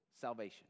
salvation